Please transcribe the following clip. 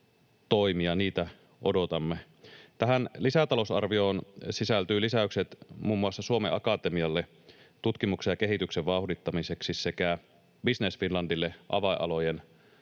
Niitä odotamme. Tähän lisätalousarvioon sisältyvät lisäykset muun muassa Suomen Akatemialle tutkimuksen ja kehityksen vauhdittamiseksi sekä Business Finlandille avainalojen